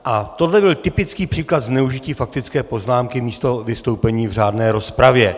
A tohle byl typický příklad zneužití faktické poznámky místo vystoupení v řádné rozpravě.